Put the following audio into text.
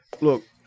Look